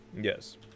yes